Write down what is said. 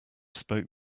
spoke